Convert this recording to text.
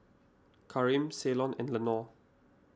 Kareem Ceylon and Lenore